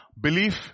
belief